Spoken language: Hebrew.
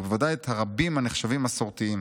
ובוודאי את הרבים הנחשבים 'מסורתיים'.